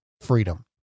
freedom